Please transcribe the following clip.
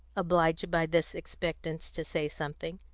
obliged by this expectance to say something.